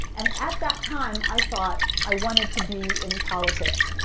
and at that time, i thought i wanted to be in politics.